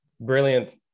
Brilliant